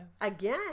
again